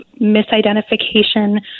misidentification